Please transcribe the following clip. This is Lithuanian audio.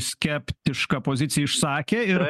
skeptišką poziciją išsakė ir